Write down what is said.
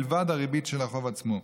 מלבד הריבית של החוב עצמו.